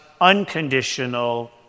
unconditional